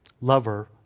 Lover